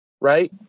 right